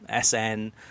SN